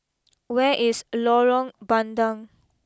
where is Lorong Bandang